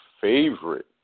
favorite